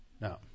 No